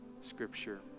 scripture